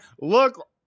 Look